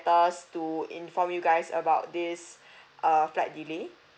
letters to inform you guys about this err flight delay